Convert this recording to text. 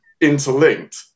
interlinked